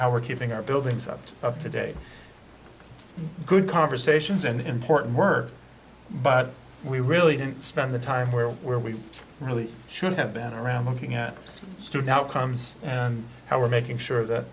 how we're keeping our buildings up to today good conversations and important work but we really didn't spend the time where where we really should have been around looking at student outcomes and how we're making sure that